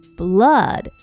blood